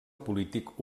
polític